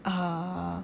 err